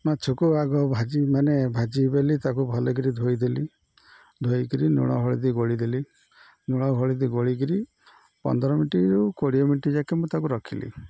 ମାଛକୁ ଆଗ ଭାଜି ମାନେ ଭାଜି ବି ବୋଲି ତାକୁ ଭଲ କିରି ଧୋଇଦେଲି ଧୋଇକିରି ଲୁଣ ହଳଦୀ ଗୋଳିଦେଲି ଲୁଣ ହଳଦୀ ଗୋଳିକିରି ପନ୍ଦର ମିନିଟରୁ କୋଡ଼ିଏ ମିନିଟ ଯାକେ ମୁଁ ତାକୁ ରଖିଲି